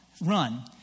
run